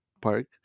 park